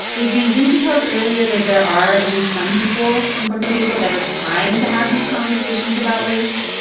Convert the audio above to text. adrian, didn't you tell us earlier that there are at least some people in puerto rico that are trying to have these conversations about race?